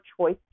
choice